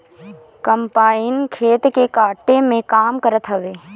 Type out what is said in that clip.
combine खेत के काटे के काम करत हवे